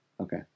Okay